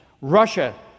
Russia